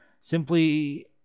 simply